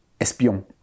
espion